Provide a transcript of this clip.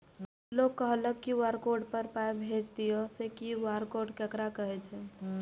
लोग कहलक QR code पर पाय भेज दियौ से क्यू.आर कोड ककरा कहै छै?